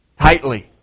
tightly